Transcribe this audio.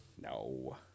No